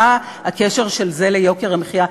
מה הקשר של זה ליוקר המחיה?